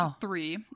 three